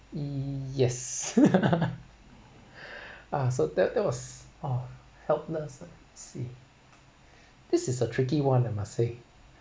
e~ yes uh so that that was oh helpless lah I see this is a tricky one I must say yes